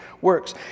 works